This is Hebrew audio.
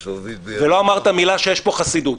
ולא אמרת מילה שיש פה חסידות.